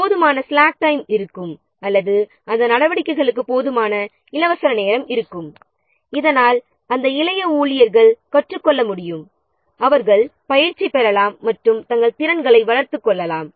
போதுமான slack time இருக்கும் அல்லது அந்த நடவடிக்கைகளுக்கு போதுமான இலவச நேரம் இருக்கும் இதனால் அந்த ஜூனியர் ஊழியர்கள் கற்றுக்கொள்ள முடியும் அவர்கள் பயிற்சி பெறலாம் மற்றும் தங்கள் திறன்களை வளர்த்துக் கொள்ளலாம்